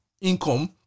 income